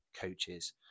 coaches